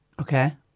Okay